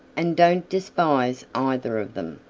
and don't despise either of them,